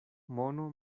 mono